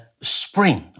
spring